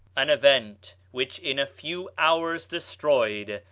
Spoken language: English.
an event, which in a few hours destroyed,